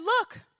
look